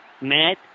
Matt